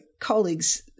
colleagues